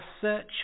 search